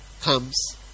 comes